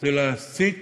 זה להסית